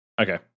Okay